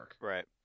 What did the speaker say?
Right